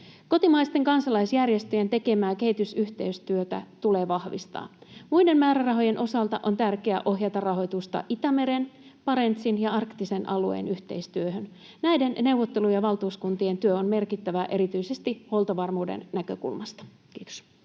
Kotimaisten kansalaisjärjestöjen tekemää kehitysyhteistyötä tulee vahvistaa. Muiden määrärahojen osalta on tärkeää ohjata rahoitusta Itämeren, Barentsin ja arktisen alueen yhteistyöhön. Näiden neuvottelu- ja valtuuskuntien työ on merkittävää erityisesti huoltovarmuuden näkökulmasta. — Kiitos.